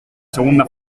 segunda